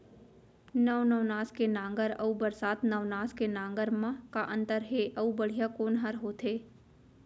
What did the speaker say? नौ नवनास के नांगर अऊ बरसात नवनास के नांगर मा का अन्तर हे अऊ बढ़िया कोन हर होथे?